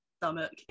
stomach